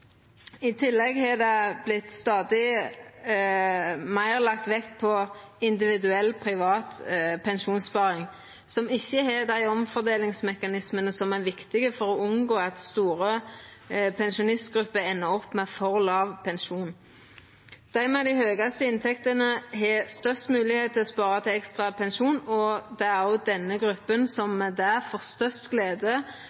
I tillegg har det vorte lagt stadig meir vekt på individuell privat pensjonssparing, som ikkje har dei omfordelingsmekanismane som er viktige for å unngå at store pensjonistgrupper endar opp med for låg pensjon. Dei med dei høgste inntektene har størst moglegheit til å spara til ekstra pensjon, og det er òg denne gruppa som